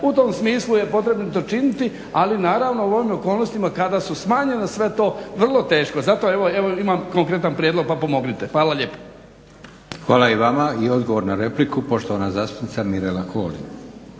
U tom smislu je potrebno to činiti, ali naravno u onim okolnostima kada su smanjena sve to vrlo teško. Zato evo imam konkretan prijedlog, pa pomozite. Hvala lijepo. **Leko, Josip (SDP)** Hvala i vama. I odgovor na repliku poštovana zastupnica Mirela Holy.